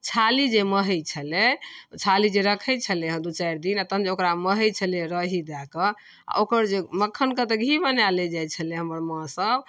छाली जे महै छलै तऽ छाली जे रखै छलै हँ दुइ चारि दिन तहन जे ओकरा महै छलै रही दऽ कऽ ओकर जे मक्खनके तऽ घी बना लै जाइ छलै हमर माँसभ